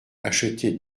acheter